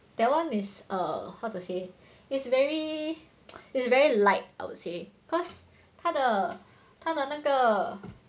that one is err how to say it's very it's very light I would say cause 它的它的那个